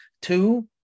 two